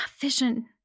vision